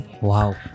wow